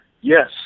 yes